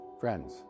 Friends